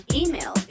email